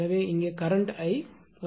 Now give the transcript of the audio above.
எனவே இங்கே கரண்ட்𝐼 ஆகும்